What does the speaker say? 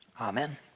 Amen